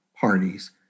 parties